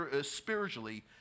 spiritually